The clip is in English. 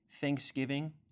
thanksgiving